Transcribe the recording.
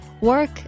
work